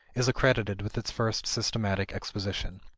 is accredited with its first systematic exposition.